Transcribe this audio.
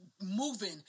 moving